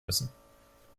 müssen